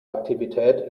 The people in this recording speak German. aktivität